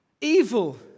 evil